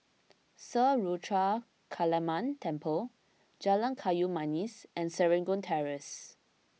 Sri Ruthra Kaliamman Temple Jalan Kayu Manis and Serangoon Terrace